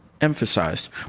emphasized